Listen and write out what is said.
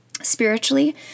spiritually